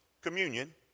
communion